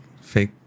fake